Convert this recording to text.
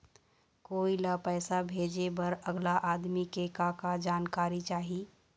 कोई ला पैसा भेजे बर अगला आदमी के का का जानकारी चाही?